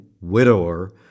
widower